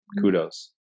kudos